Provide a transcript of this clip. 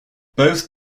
both